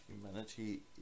Humanity